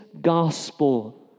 gospel